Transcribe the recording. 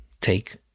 take